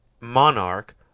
monarch